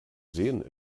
sehen